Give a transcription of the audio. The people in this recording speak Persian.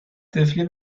طفلی